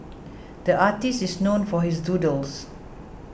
the artist is known for his doodles